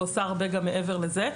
ועושה הרבה מעבר לזה.